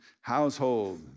household